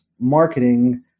marketing